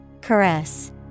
Caress